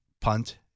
punt